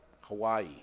hawaii